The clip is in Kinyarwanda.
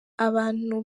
abantu